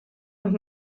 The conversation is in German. noch